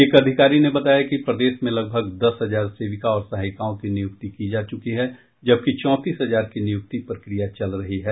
एक अधिकारी ने बताया कि प्रदेश में लगभग दस हजार सेविका और सहायिकाओं की नियुक्ति की जा चुकी है जबकि चौंतीस हजार की नियुक्ति प्रक्रिया चल रही है